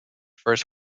first